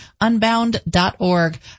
unbound.org